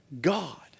God